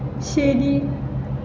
ശരി